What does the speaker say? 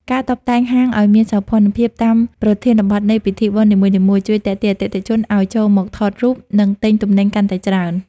ការតុបតែងហាងឱ្យមានសោភ័ណភាពតាមប្រធានបទនៃពិធីបុណ្យនីមួយៗ ជួយទាក់ទាញអតិថិជនឱ្យចូលមកថតរូប និងទិញទំនិញកាន់តែច្រើន។